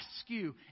rescue